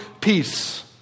peace